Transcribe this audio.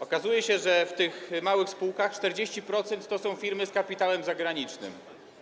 Okazuje się, że wśród tych małych spółek 40% to są firmy z kapitałem zagranicznym.